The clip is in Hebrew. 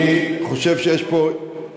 אני חושב שיש פה ערבוב,